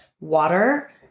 Water